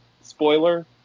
Spoiler